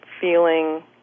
feeling